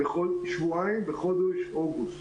שבועיים בחודש אוגוסט.